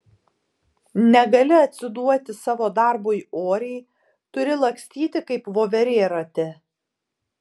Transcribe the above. negali atsiduoti savo darbui oriai turi lakstyti kaip voverė rate